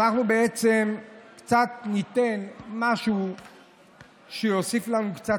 אנחנו בעצם ניתן משהו שיוסיף לנו קצת,